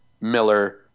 Miller